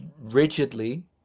rigidly